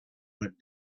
went